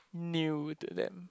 new to them